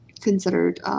considered –